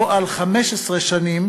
או על 15 שנים